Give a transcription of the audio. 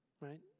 Right